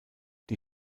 die